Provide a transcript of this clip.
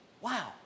Wow